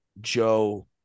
Joe